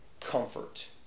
comfort